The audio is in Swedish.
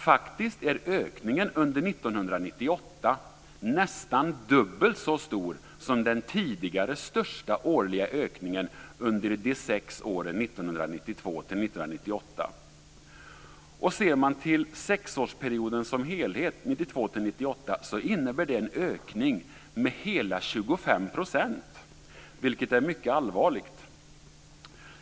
Faktiskt är ökningen under 1998 nästan dubbelt så stor som den tidigare största årliga ökningen under de sex åren 1992-1998. Ser man till sexårsperioden som helhet innebär den en ökning med hela 25 %, vilket är mycket allvarligt.